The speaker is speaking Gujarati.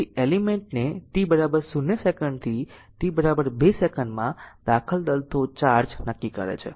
તેથી આ એલિમેન્ટ ને t 0 સેકંડથી t 2 સેકંડમાં દાખલ કરતો ચાર્જ નક્કી કરે છે